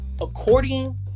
according